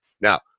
Now